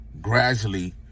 gradually